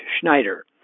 Schneider